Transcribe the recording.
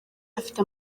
afite